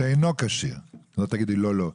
שאינו כשיר לנהיגה.